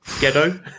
Ghetto